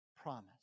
promise